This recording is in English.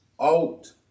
out